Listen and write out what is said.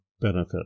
benefit